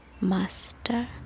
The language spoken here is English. master